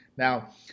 Now